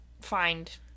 find